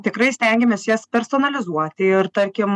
tikrai stengiamės jas personalizuoti ir tarkim